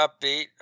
upbeat